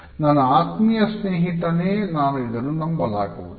ನನ್ನ ಆತ್ಮೀಯ ಸ್ನೇಹಿತನೇ ನಾನು ಇದನ್ನು ನಂಬಲಾಗುವುದಿಲ್ಲ